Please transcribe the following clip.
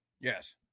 Yes